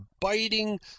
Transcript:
biting